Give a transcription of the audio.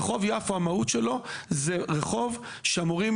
רחוב יפו המהות שלו זה רחוב מסחרי,